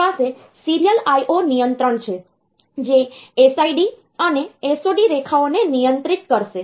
આપણી પાસે serial IO નિયંત્રણ છે જે SID અને SOD રેખાઓને નિયંત્રિત કરશે